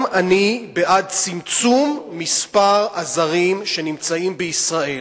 גם אני בעד צמצום מספר הזרים שנמצאים בישראל,